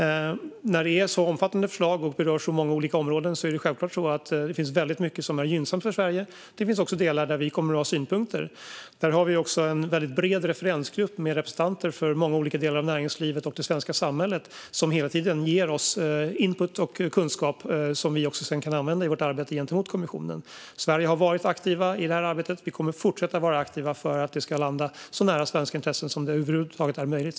När det är så omfattande förslag som berör så många olika områden finns självklart mycket som är gynnsamt för Sverige. Det finns också delar där vi kommer att ha synpunkter. Det finns också en bred referensgrupp med representanter för många olika delar av näringslivet och det svenska samhället som hela tiden ger oss input och kunskap som vi sedan kan använda i vårt arbete gentemot kommissionen. Sverige har varit aktivt i arbetet, och vi kommer att fortsätta att vara aktiva för att förslaget ska landa så nära svenska intressen som det över huvud taget är möjligt.